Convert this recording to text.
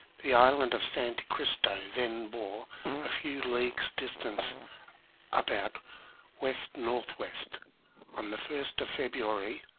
the island of santo cristo then bore a few leagues distant about west north-west on the first of february,